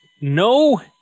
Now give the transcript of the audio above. no